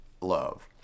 love